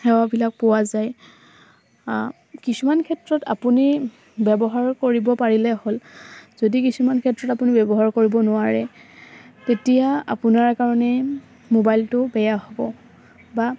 সেৱাবিলাক পোৱা যায় কিছুমান ক্ষেত্ৰত আপুনি ব্যৱহাৰ কৰিব পাৰিলে হ'ল যদি কিছুমান ক্ষেত্ৰত আপুনি ব্যৱহাৰ কৰিব নোৱাৰে তেতিয়া আপোনাৰ কাৰণে মোবাইলটো বেয়া হ'ব বা